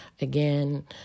again